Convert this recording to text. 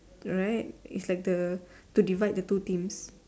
right it's like the to divide the two teams